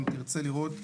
אם תרצה לראות,